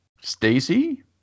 Stacy